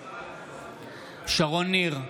נגד שרון ניר,